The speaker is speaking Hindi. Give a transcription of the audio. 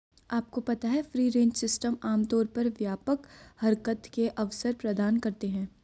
आपको पता है फ्री रेंज सिस्टम आमतौर पर व्यापक हरकत के अवसर प्रदान करते हैं?